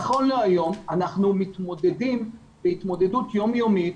נכון להיום אנחנו מתמודדים התמודדות יום יומית,